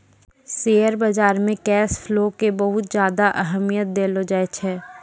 share बाजार मे cash flow के बहुत ज्यादा अहमियत देलो जाए छै